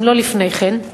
אם לא לפני כן,